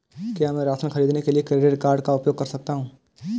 क्या मैं राशन खरीदने के लिए क्रेडिट कार्ड का उपयोग कर सकता हूँ?